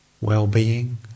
well-being